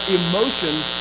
emotions